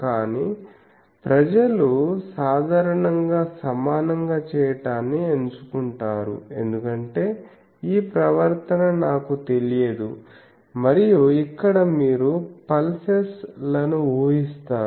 కానీ ప్రజలలు సాధారణంగా సమానంగా చేయటాన్ని ఎంచుకుంటారు ఎందుకంటే ఈ ప్రవర్తన నాకు తెలియదు మరియు ఇక్కడ మీరు పల్సస్ లను ఊహిస్తారు